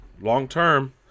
long-term